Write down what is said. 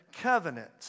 covenant